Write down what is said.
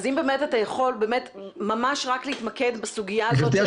אז אם אתה יכול להתמקד בסוגיה הזאת.